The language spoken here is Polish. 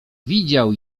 widział